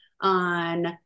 on